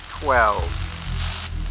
twelve